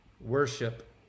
worship